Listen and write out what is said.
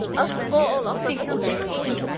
a fall off of a tree